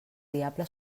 diable